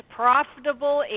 profitable